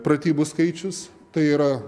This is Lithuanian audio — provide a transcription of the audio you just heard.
pratybų skaičius tai yra